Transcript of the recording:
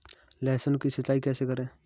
लहसुन की सिंचाई कैसे करें?